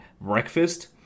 breakfast